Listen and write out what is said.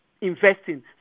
investing